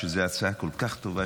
שזו הצעה כל כך טובה,